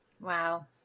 Wow